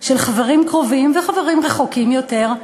של חברים קרובים וחברים רחוקים יותר,